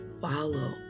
follow